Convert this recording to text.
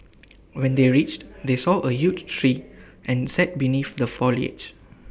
when they reached they saw A huge tree and sat beneath the foliage